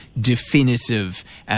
definitive